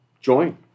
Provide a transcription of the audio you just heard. join